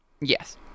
Yes